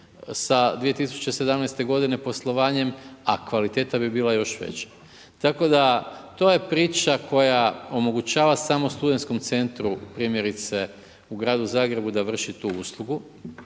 sa 2017. g. poslovanjem a kvaliteta bi bila još veća. Tako da to je priča koja omogućava samo SC-u primjerice u gradu Zagrebu da vrši tu uslugu